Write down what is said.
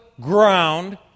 ground